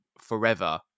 forever